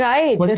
Right